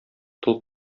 тол